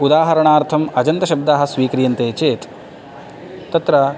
उदाहरणार्थम् अजन्तशब्दाः स्वीक्रियन्ते चेत् तत्र